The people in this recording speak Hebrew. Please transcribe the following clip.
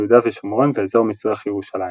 יהודה ושומרון ואזור מזרח ירושלים.